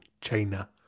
China